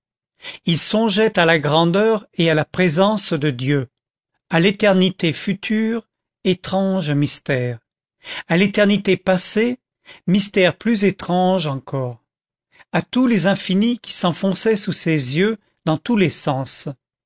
il songeait à la grandeur et à la présence de dieu à l'éternité future étrange mystère à l'éternité passée mystère plus étrange encore à tous les infinis qui s'enfonçaient sous ses yeux dans tous les sens